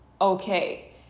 okay